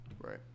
Right